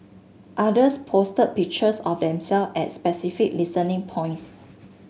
others posted pictures of themselves at specific listening points